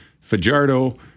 Fajardo